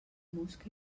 mosca